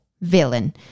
villain